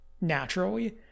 Naturally